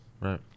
right